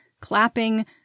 clapping